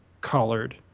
colored